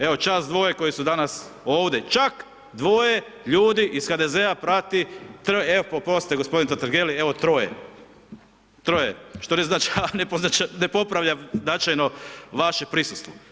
Evo, čast dvoje koje su danas ovdje, čak dvoje ljudi iz HDZ-a prati, evo oprostite gospodin Totgergeli, evo troje, što ne popravlja značajno vaše prisustvo.